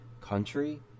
country